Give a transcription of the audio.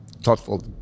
thoughtful